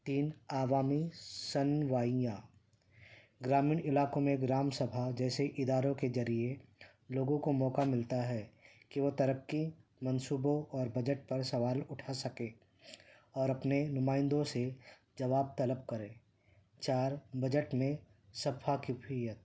تین عوامی سنوائیاں گرامین علاقوں میں گرام سبھا جیسے اداروں کے ذریعے لوگوں کو موقع ملتا ہے کہ وہ ترقی منصوبوں اور بجٹ پر سوال اٹھا سکے اور اپنے نمائندوں سے جواب طلب کرے چار بجٹ میں صفا کیفیت